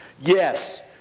Yes